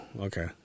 okay